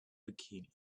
bikini